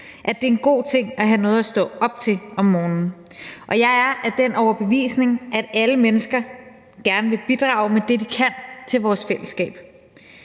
at det er en god ting at have noget at stå op til om morgenen. Jeg er af den overbevisning, at alle mennesker gerne vil bidrage med det, de kan, til vores fællesskab,